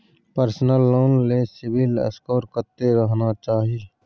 Personal loan ले CIBIL score कत्ते रहना चाही?